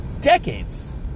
decades